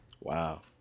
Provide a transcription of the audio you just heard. Wow